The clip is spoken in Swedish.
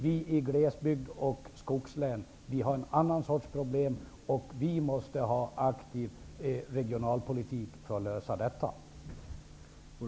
Vi i glesbygd och skogslän har en annan sorts problem. Vi måste ha en aktiv regionalpolitik för att lösa problemen.